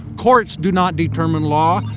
courts do not determine law.